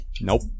Nope